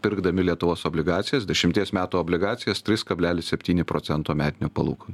pirkdami lietuvos obligacijas dešimties metų obligacijas trys kablelis septyni procento metinių palūkanų